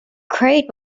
crate